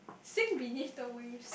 sink beneath the waves